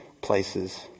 places